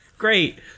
great